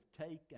taken